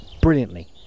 brilliantly